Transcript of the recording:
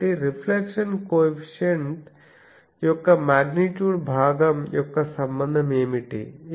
కాబట్టి reflection coefficient యొక్క magnitude భాగం యొక్క సంబంధం ఏమిటి